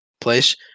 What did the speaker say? place